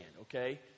okay